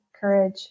courage